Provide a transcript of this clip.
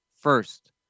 first